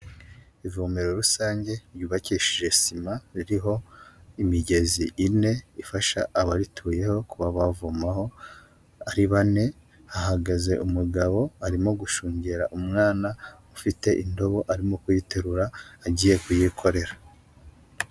Ivomero rusange ryubakishije sima ririho imigezi ine ifasha abarituyeho kuba bavomaho ari bane, hahagaze umugabo arimo gushungera umwana ufite indobo arimo kuyiterura agiye kuyikorera.